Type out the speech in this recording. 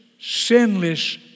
sinless